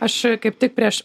aš kaip tik prieš